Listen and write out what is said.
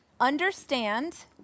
understand